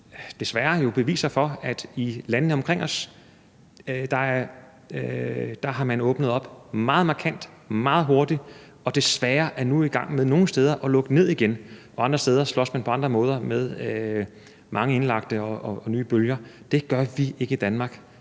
så mange beviser nu for, at man i landene omkring os har åbnet op meget markant og meget hurtigt og desværre nu er i gang med at lukke ned igen nogle steder. Og andre steder slås man på andre måder med mange indlagte og nye bølger. Det gør vi ikke i Danmark,